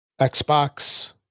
Xbox